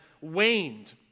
waned